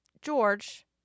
George